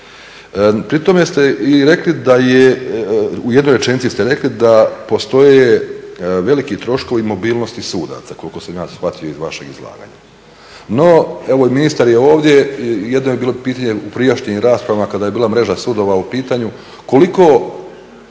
Pri tome ste i rekli da je, u jednoj rečenici ste rekli da postoje veliki troškovi mobilnosti sudaca koliko sam ja shvatio iz vašeg izlaganja. No, evo i ministar je ovdje. Jedno je bilo pitanje u prijašnjim raspravama kada je bila mreža sudova u pitanju koliko